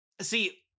see